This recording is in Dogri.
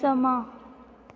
समां